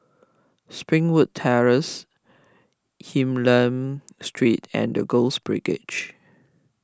Springwood Terrace Hylam Street and the Girls Brigade